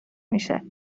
میشه